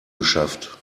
geschafft